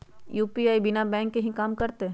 UPI बिना bank के भी कम करतै?